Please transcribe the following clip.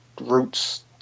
roots